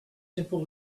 simple